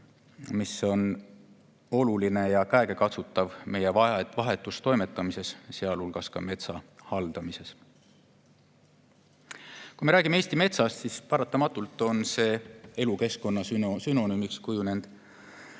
mis on oluline ja käegakatsutav meie vahetus toimetamises, sealhulgas metsa haldamises. Me räägime Eesti metsast, mis paratamatult on kujunenud elukeskkonna sünonüümiks.